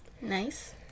Nice